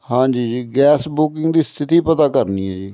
ਹਾਂਜੀ ਜੀ gas booking ਦੀ ਸਥਿਤੀ ਪਤਾ ਕਰਨੀ ਹੈ ਜੀ